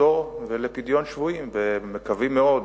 למשפחתו ולפדיון שבויים ומקווים מאוד